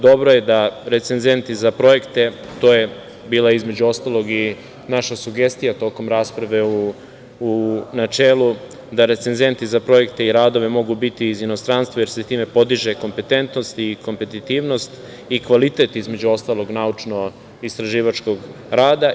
Dobro je da recenzenti za projekte, to je bila, između ostalog, i naša sugestija tokom rasprave u načelu, da recenzenti za projekte i radove mogu biti iz inostranstva, jer se time podiže kompetentnost i kompetitivnost i kvalitet, između ostalog, naučno-istraživačkog rada.